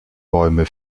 bäume